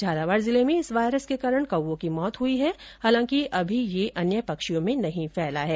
झालावाड़ जिले में इस वायरस के कारण कौओं की मौत हुई है हालांकि अभी ये अन्य पक्षियों में नहीं फैला है